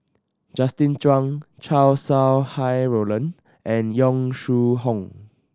Justin Zhuang Chow Sau Hai Roland and Yong Shu Hoong